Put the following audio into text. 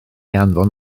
anfon